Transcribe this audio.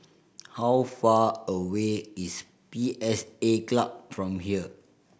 how far away is P S A Club from here